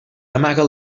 amaga